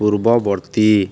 ପୂର୍ବବର୍ତ୍ତୀ